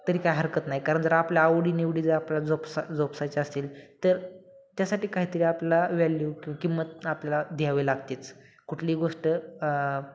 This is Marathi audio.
तरी काही हरकत नाही कारण जर आपल्या आवडीनिवडी जर आपल्याला जोपसा जोपासायचे असतील तर त्यासाठी काहीतरी आपला वॅल्यू किव किंमत आपल्याला द्यावी लागतेच कुठलीही गोष्ट